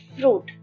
fruit